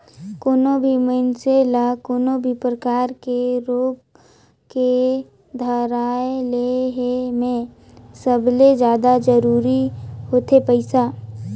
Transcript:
कोनो भी मइनसे ल कोनो भी परकार के रोग के धराए ले हे में सबले जादा जरूरी होथे पइसा